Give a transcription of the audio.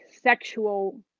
sexual